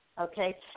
okay